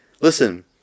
Listen